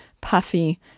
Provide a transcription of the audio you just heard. puffy